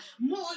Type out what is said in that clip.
more